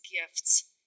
gifts